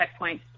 checkpoints